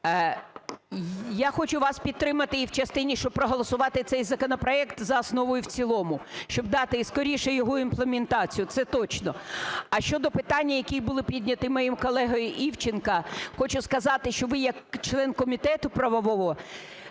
Я хочу вас підтримати і в частині, щоб проголосувати цей законопроект за основу і в цілому, щоб дати скоріше його імплементацію, це точно. А щодо питання, які були підняті моїм колегою Івченко, хочу сказати, що ви як член комітету правового